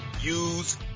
use